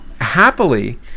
happily